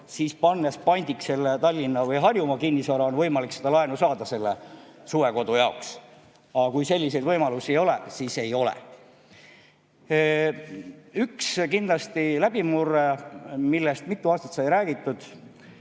siis, pannes pandiks Tallinna või Harjumaa kinnisvara, on võimalik saada laenu suvekodu jaoks. Aga kui selliseid võimalusi ei ole, siis ei ole. On kindlasti üks läbimurre, millest mitu aastat sai räägitud.